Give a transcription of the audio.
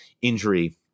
injury